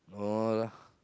no lah